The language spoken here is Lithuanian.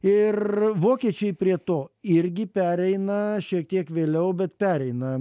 ir vokiečiai prie to irgi pereina šiek tiek vėliau bet pereina